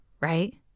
right